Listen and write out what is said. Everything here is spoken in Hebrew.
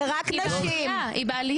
אבל היא בעלייה.